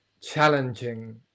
challenging